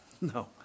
No